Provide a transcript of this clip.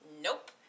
Nope